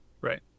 Right